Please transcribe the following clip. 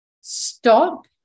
stop